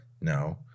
No